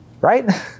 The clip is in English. right